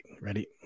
Ready